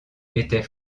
était